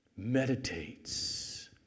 Meditates